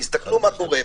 תסתכלו מה קורה.